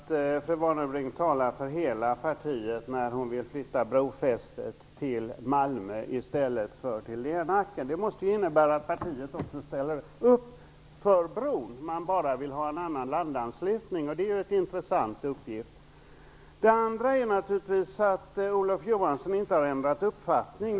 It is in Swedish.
Herr talman! Det var roligt att höra att fru Warnerbring talar för hela partiet när hon vill flytta brofästet till Malmö från Lernacken. Det måste innebära att partiet också ställer upp för bron, och att man bara vill ha en annan landanslutning. Det är ju en intressant uppgift. Det andra som är intressant är naturligtvis att Olof Johansson inte har ändrat uppfattning.